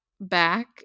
back